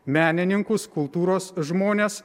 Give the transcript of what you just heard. menininkus kultūros žmones